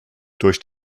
durch